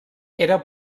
era